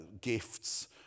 gifts